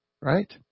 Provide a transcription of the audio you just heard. Right